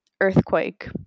earthquake